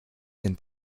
den